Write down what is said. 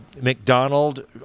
McDonald